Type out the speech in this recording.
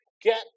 Get